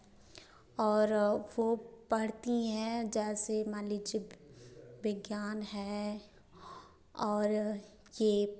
और वह पढ़ती हैं जैसे मान लीजिए विज्ञान है और यह